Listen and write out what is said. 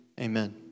amen